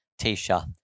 Tisha